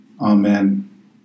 Amen